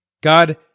God